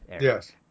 Yes